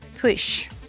Push